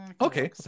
Okay